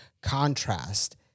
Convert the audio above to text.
contrast